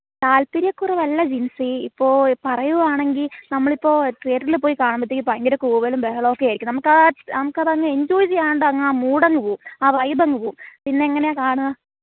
താൽപ്പര്യക്കുറവല്ല ജിൻസീ ഇപ്പോൾ പറയുവാണെങ്കിൽ നമ്മളിപ്പോൾ തീയറ്ററിൽ പോയി കാണുമ്പോഴത്തേക്ക് ഭയങ്കര കൂവലും ബഹളവും ഒക്കെ ആയിരിക്കും നമുക്കാ നമുക്ക് അതങ്ങ് എഞ്ചോയ് ചെയ്യാണ്ട് അങ്ങ് ആ മൂഡ് അങ്ങ് പോവും ആ വൈബ് അങ്ങ് പോവും പിന്നെ എങ്ങനെ കാണുക